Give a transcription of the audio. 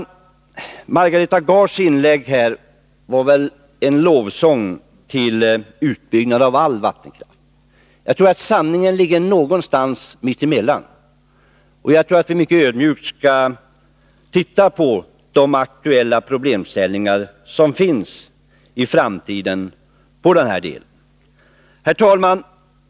Margareta Gards inlägg var väl en lovsång till utbyggnad av all vattenkraft. Jag tror att sanningen ligger någonstans mitt emellan ytterligheterna, och jag tror att vi mycket ödmjukt skall titta på de aktuella problemställningar som kan uppkomma i framtiden på det här området. Herr talman!